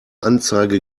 anzeige